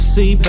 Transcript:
See